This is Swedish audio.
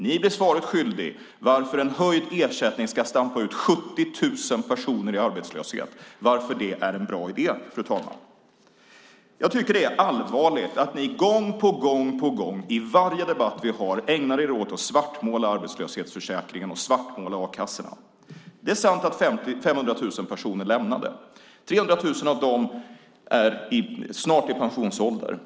Ni blir svaret skyldiga varför en höjd ersättning ska stampa ut 70 000 personer i arbetslöshet och varför det är en bra idé. Jag tycker att det är allvarligt att ni gång på gång, i varje debatt vi har, ägnar er åt att svartmåla arbetslöshetsförsäkringen och a-kassan. Det är sant att 500 000 personer lämnade a-kassan. 300 000 av dem är snart i pensionsålder.